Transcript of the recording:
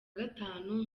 gatanu